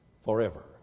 forever